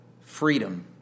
freedom